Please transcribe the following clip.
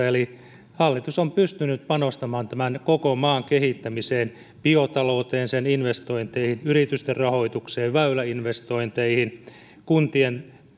eli hallitus on pystynyt panostamaan tämän koko maan kehittämiseen biotalouteen sen investointeihin yritysten rahoitukseen väyläinvestointeihin kuntien